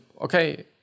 okay